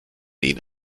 ihn